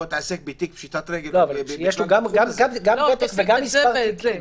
התעסק בתיק פשיטת רגל או --- גם ותק וגם מספר תיקים.